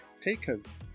takers